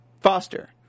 Foster